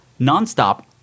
nonstop